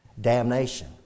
damnation